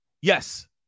yes